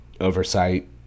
Oversight